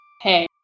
Hey